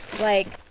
like,